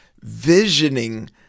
visioning